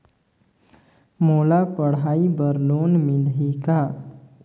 मोला पढ़ाई बर लोन मिलही का?